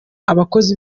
abakozi